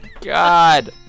God